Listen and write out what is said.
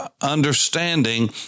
understanding